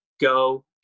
go